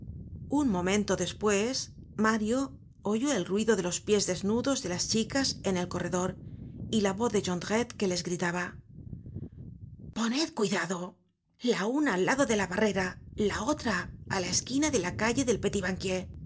un momento despues mario oyó el ruido de los pies desnudos de las chicas en el corredor y la voz de jondrette que les gritaba poned cuidado la una del lado de la barrera la otra á la esquina de la calle del